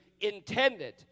intended